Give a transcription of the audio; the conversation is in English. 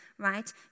right